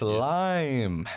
Slime